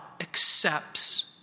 accepts